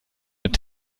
mit